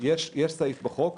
יש סעיף בחוק,